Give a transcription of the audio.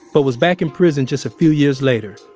but was back in prison just a few years later.